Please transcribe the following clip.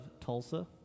Tulsa